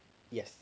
yes